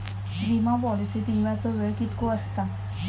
विमा पॉलिसीत विमाचो वेळ कीतको आसता?